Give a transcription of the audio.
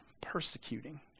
persecuting